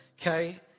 okay